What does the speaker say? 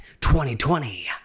2020